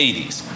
80s